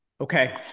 Okay